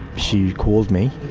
she called me.